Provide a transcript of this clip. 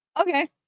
Okay